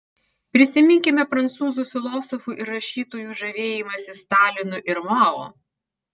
prisiminkime prancūzų filosofų ir rašytojų žavėjimąsi stalinu ir mao